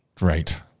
Right